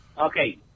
Okay